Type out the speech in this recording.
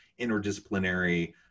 interdisciplinary